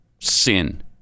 sin